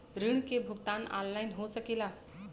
ऋण के भुगतान ऑनलाइन हो सकेला?